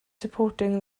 supporting